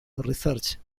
research